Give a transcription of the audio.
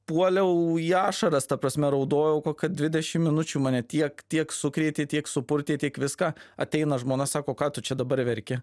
puoliau į ašaras ta prasme raudojau ko kad dvidešim minučių mane tiek tiek sukrėtė tiek supurtė tiek viską ateina žmona sako ką tu čia dabar verki